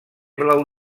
blau